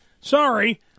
Sorry